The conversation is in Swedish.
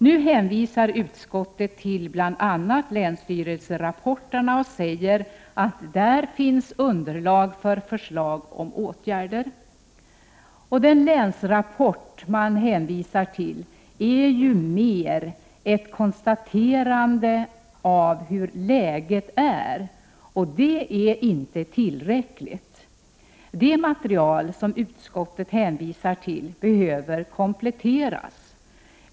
Nu hänvisar utskottet till bl.a. länsstyrelserapporterna och säger att där finns underlag för förslag om åtgärder. Den länsrapport som avses är ju mer ett konstaterande av hur läget är, och det är inte tillräckligt. Det material som utskottet hänvisar till behöver kompletteras.